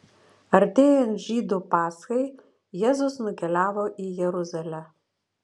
artėjant žydų paschai jėzus nukeliavo į jeruzalę